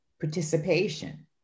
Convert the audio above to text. participation